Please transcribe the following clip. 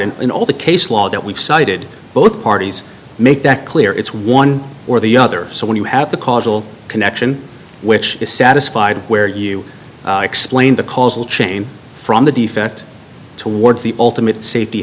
and in all the case law that we've cited both parties make that clear it's one or the other so when you have the causal connection which is satisfied where you explain the causal chain from the defect towards the ultimate safety